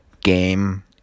game